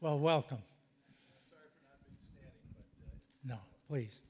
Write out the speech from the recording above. well welcome now please